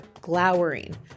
glowering